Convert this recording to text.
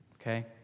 Okay